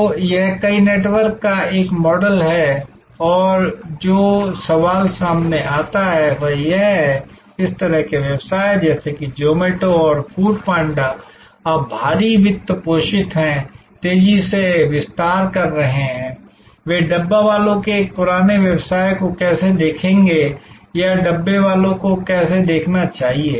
तो यह कई नेटवर्क का एक मॉडल है और जो सवाल सामने आता है वह यह है कि इस तरह के व्यवसाय जैसे कि ज़ोमैटो और फूड पांडा अब भारी वित्त पोषित हैं तेजी से विस्तार कर रहे हैं वे डब्बावालों के इस पुराने व्यवसाय को कैसे देखेंगे या डब्बावालों को कैसे देखना चाहिए